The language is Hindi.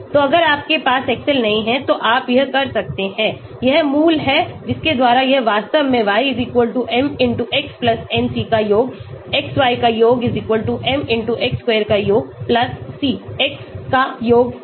तो अगर आपके पास एक्सेल नहीं है तो आप यह कर सकते हैं यह मूल है जिसके द्वारा यह वास्तव में y m x nc का योग xy का योग mx square का योग c x का योग है